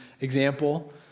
example